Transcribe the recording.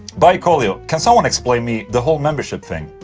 bai kolio can someone explain me the whole membership thing?